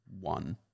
one